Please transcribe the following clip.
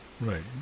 Right